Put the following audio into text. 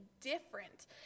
different